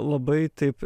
labai taip